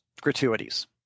gratuities